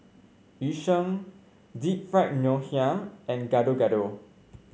Yu Sheng Deep Fried Ngoh Hiang and Gado Gado